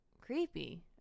creepy